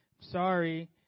sorry